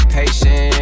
patient